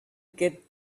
get